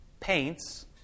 Paints